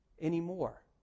anymore